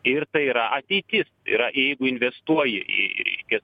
ir tai yra ateitis yra jeigu investuoji į reiškias